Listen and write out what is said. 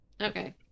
Okay